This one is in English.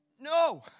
no